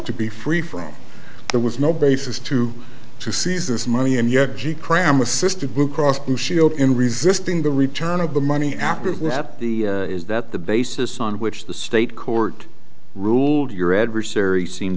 to be free from there was no basis to seize this money and yet gee cram a system blue cross blue shield in resisting the return of the money after that the is that the basis on which the state court ruled your adversary seemed